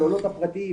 במעונות הפרטיים